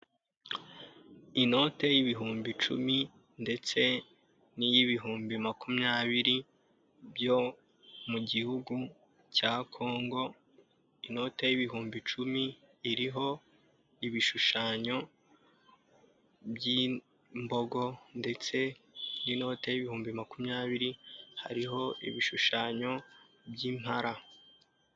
Inote y'ibihumbi icumi ndetse n'iy'ibihumbi makumyabiri byo mu gihugu cya Kongo, inoti y' ibihumbi icumi iriho ibishushanyo by'imbogo ndetse n'inote y'ibihumbi makumyabiri, hariho ibishushanyo by'impara.